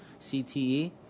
CTE